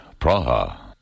Praha